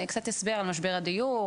אלא קצת הסבר על משבר הדיור,